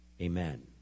Amen